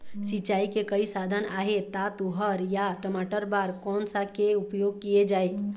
सिचाई के कई साधन आहे ता तुंहर या टमाटर बार कोन सा के उपयोग किए जाए?